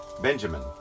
Benjamin